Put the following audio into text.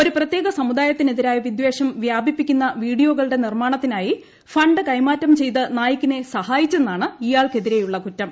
ഒരു പ്രത്യേക സമുദായത്തിനെതിരായ വിദ്വേഷം വ്യാപിപ്പിക്കുന്ന വീഡിയോകളുടെ നിർമ്മാണത്തിനായി ഫണ്ട് കൈമാറ്റം ചെയ്ത് നായ്ക്കിനെ സഹായിച്ചെന്നാണ് ഇയാൾക്കെതിരെയുള്ള കുറ്റം